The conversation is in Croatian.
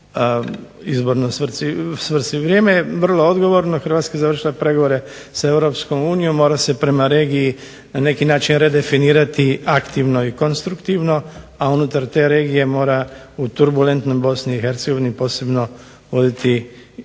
izbornoj svrsi. Vrijeme je vrlo odgovorno. Hrvatska je završila pregovore sa EU, mora se prema regiji na neki način redefinirati aktivno i konstruktivno a unutar te regije mora u turbulentnom ... BiH posebno voditi